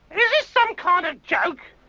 is this some kind of joke?